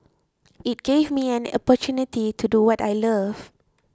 it gave me an opportunity to do what I love